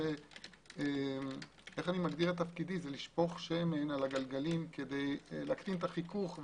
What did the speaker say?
אני מגדיר את תפקידי לשפוך שמן על הגלגלים כדי להקטין את החיכוך,